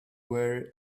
were